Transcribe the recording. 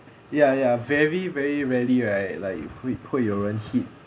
ya ya very very rarely right like 会有人 hit